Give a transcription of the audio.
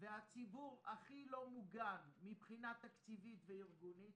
והציבור הכי לא מוגן מבחינה תקציבית וארגונית